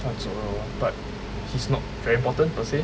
他走了 but he's not very important per se